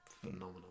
phenomenal